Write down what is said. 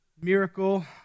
miracle